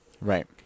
Right